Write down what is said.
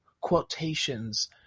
quotations